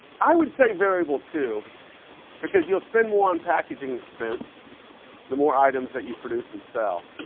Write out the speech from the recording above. i would say variable too because you'll spend more on packaging expense the more items that you produce and sell.